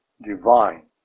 divine